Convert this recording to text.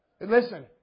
Listen